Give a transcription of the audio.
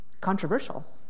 controversial